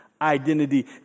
identity